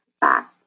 back